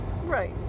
Right